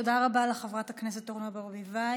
תודה רבה לחברת הכנסת אורנה ברביבאי.